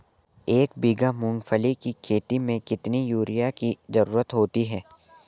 एक बीघा मूंगफली की खेती में कितनी यूरिया की ज़रुरत होती है?